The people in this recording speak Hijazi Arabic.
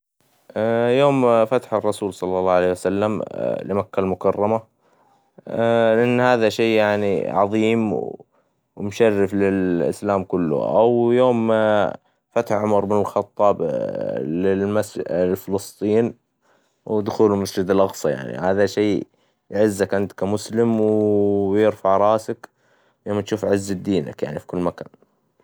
يوم فتح الرسول صلى الله عليه وسلم لمكة المكرمة, لأن هذا شي يعني, عظيم ومشرف للإسلام كله, أو يوم فتح عمر بن الخطاب للمسج- لفلسطين, ودخوله المسجد الأقصى يعني, هذا شي يعزك أنت كمسلم, و يرفع راسك يوم تشوف جوة دينك يعني في كل مكان.